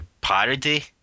parody